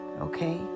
Okay